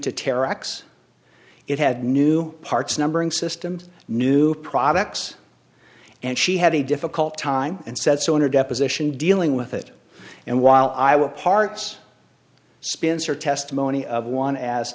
acts it had new parts numbering systems new products and she had a difficult time and said so in a deposition dealing with it and while i will parts spencer testimony of one as